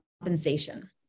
compensation